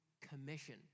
commission